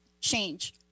change